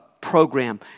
program